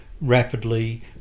rapidly